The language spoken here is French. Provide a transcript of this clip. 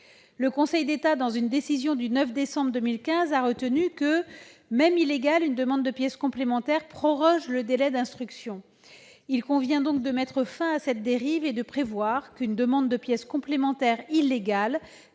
Le Conseil d'État, dans une décision du 9 décembre 2015, a jugé que, même illégale, une demande de pièces complémentaires prorogeait le délai d'instruction. Il convient de mettre un terme à cette dérive en prévoyant qu'une demande de pièces complémentaires illégale